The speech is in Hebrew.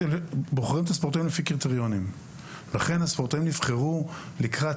בוחרים את הספורטאים על פי קריטריונים והם נבחרו לקראת